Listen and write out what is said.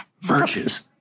Virtues